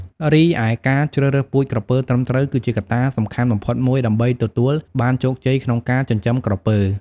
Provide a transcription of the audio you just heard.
រីឯការជ្រើសរើសពូជក្រពើត្រឹមត្រូវ គឺជាកត្តាសំខាន់បំផុតមួយដើម្បីទទួលបានជោគជ័យក្នុងការចិញ្ចឹមក្រពើ។